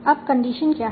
अब कंडीशन क्या है